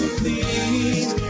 please